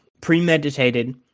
premeditated